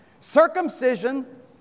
circumcision